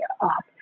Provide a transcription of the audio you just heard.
up